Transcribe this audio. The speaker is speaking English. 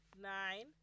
nine